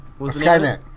Skynet